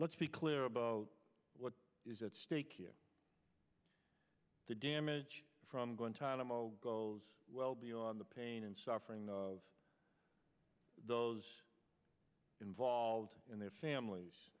let's be clear about what is at stake here the damage from going time all goes well beyond the pain and suffering of those involved and their families